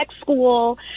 school